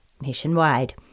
nationwide